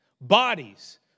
Bodies